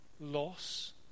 loss